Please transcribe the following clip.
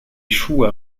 échoue